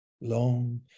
long